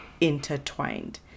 intertwined